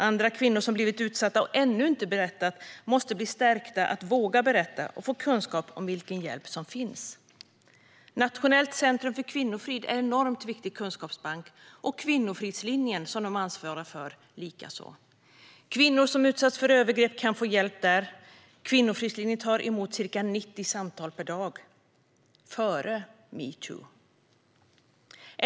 Andra kvinnor som har blivit utsatta och ännu inte berättat måste bli stärkta för att våga berätta och få kunskap om vilken hjälp som finns. Nationellt centrum för kvinnofrid är en enormt viktig kunskapsbank, likaså Kvinnofridslinjen som centrumet ansvarar för. Kvinnor som har utsatts för övergrepp kan få hjälp där. Kvinnofridslinjen tog emot ca 90 samtal per dag före metoo.